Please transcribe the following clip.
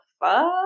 fuck